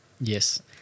yes